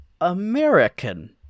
American